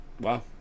wow